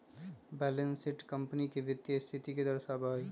balance sheet कंपनी के वित्तीय स्थिति के दर्शावा हई